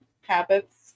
habits